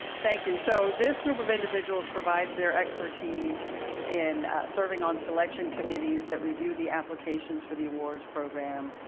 thank you. so, this group of individuals provides their expertise in serving on selection committees that review the applications for the awards program,